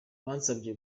bansabye